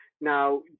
Now